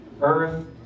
earth